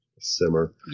simmer